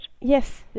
Yes